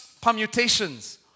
permutations